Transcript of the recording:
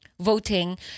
Voting